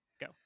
go